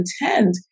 intend